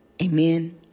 Amen